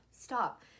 Stop